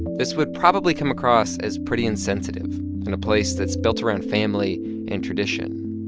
this would probably come across as pretty insensitive in a place that's built around family and tradition.